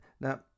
now